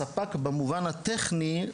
הספק במובן הטכני,